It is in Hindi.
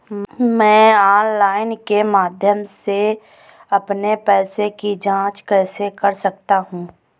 मैं ऑनलाइन के माध्यम से अपने पैसे की जाँच कैसे कर सकता हूँ?